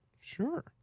Sure